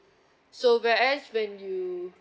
so whereas when you